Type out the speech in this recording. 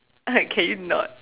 like can you not